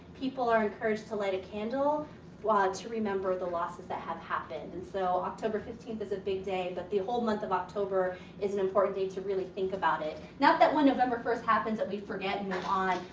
people are encouraged to light a candle to remember the losses that have happened. and so, october fifteen is a big day. but the whole month of october is an important date to really think about it. not that when november first happens that we forget and move on.